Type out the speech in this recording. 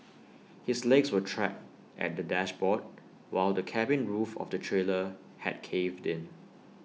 his legs were trapped at the dashboard while the cabin roof of the trailer had caved in